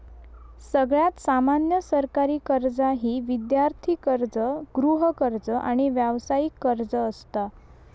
सगळ्यात सामान्य सरकारी कर्जा ही विद्यार्थी कर्ज, गृहकर्ज, आणि व्यावसायिक कर्ज असता